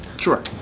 Sure